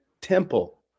temple